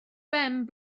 ben